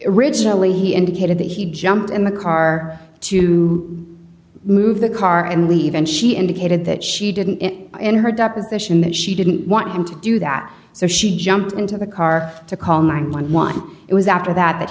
ritually he indicated that he jumped in the car to move the car and leave and she indicated that she didn't get in her deposition that she didn't want him to do that so she jumped into the car to call nine hundred and eleven it was after that